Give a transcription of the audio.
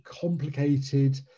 complicated